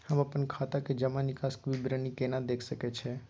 हम अपन खाता के जमा निकास के विवरणी केना देख सकै छी?